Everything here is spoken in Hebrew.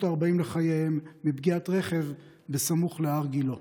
הארבעים לחייהם מפגיעת רכב בסמוך להר גילה,